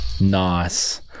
Nice